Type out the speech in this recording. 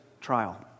trial